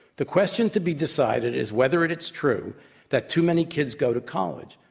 the question to be decided is whether it's true that too many kids go to college.